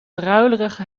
druilerige